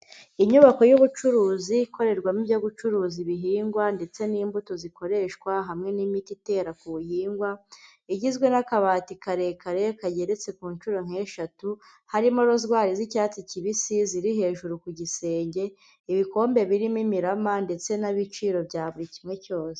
Inyubako y'ubucuruzi ikorerwamo ibyo gucuruza ibihingwa ndetse n'imbuto zikoreshwa hamwe n'imiti itera ku buhingwa, igizwe n'akabati karekare kageretse ku nshuro nk'eshatu, harimo rozwari z'icyatsi kibisi ziri hejuru ku gisenge, ibikombe birimo imirama ndetse n'ibiciro bya buri kimwe cyose.